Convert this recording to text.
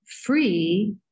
free